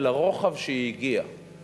ולרוחב שהיא הגיעה אליו.